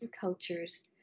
cultures